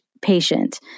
patient